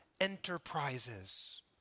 enterprises